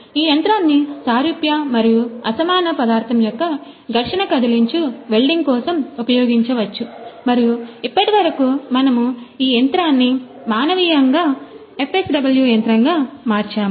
ఈ యంత్రాన్ని సారూప్య మరియు అసమాన పదార్థం యొక్క ఘర్షణ కదిలించు వెల్డింగ్ కోసం ఉపయోగించవచ్చు మరియు ఇప్పటివరకు మనము ఈ యంత్రాన్ని మానవీయంగా FSW యంత్రంగా మార్చాము